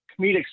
comedic